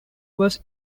was